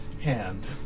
hand